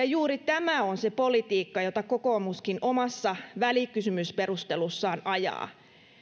juuri tämä on se politiikka jota kokoomuskin omassa välikysymysperustelussaan ajaa